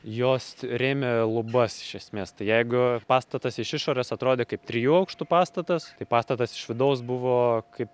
jos rėmė lubas iš esmės tai jeigu pastatas iš išorės atrodė kaip trijų aukštų pastatas tai pastatas iš vidaus buvo kaip